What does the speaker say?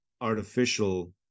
artificial